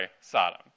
Sodom